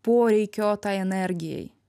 poreikio tai energijai